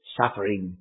suffering